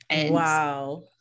Wow